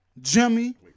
Jimmy